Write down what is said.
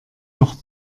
noch